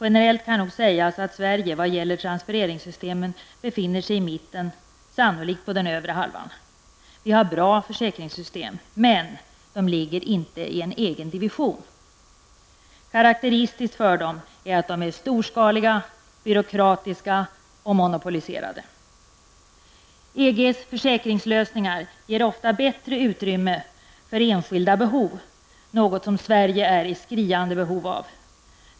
Generellt kan nog sägas att Sverige vad gäller transfereringssystemen befinner sig i mitten, sannolikt på den övre halvan. Vi har bra försäkringssystem, men de ligger inte i egen divison. Karaktäristiskt för dem är att de är storskaliga, byråkratiska och monopoliserade. EGs försäkringslösningar ger ofta bättre utrymme för enskilda behov, något som Sverige är i skriande behov av.